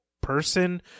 person